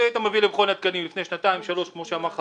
אם היית מביא לפני שנתיים שלוש למכון התקנים כמו שאמר